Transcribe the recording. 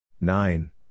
nine